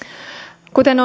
kuten